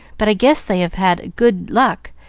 but i guess they have had good luck,